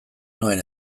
nuen